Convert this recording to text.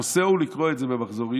הנושא הוא לקרוא את זה במחזוריות,